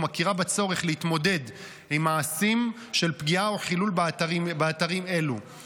ומכירה בצורך להתמודד עם מעשים של פגיעה באתרים אלה או חילולם.